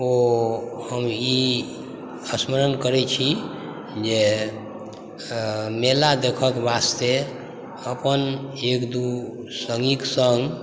ओ हम ई स्मरण करै छी जे मेला देखैके वास्ते अपन एक दू सङ्गीके सङ्ग